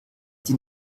die